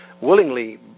willingly